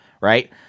right